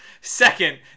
Second